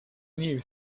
new